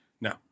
No